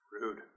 Rude